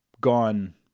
gone